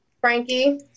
Frankie